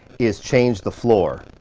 is change the floor.